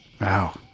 Wow